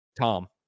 Tom